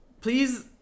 please